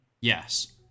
Yes